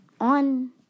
on